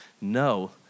no